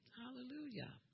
Hallelujah